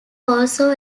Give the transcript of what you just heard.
also